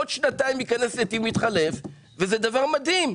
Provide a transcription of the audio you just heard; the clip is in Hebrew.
עוד שנתיים ייכנס נתיב מתחלף וזה דבר מדהים,